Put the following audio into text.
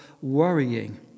worrying